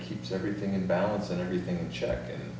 keeps everything in balance and everything in check